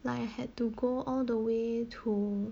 like I had to go all the way to